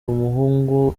umuhungu